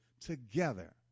together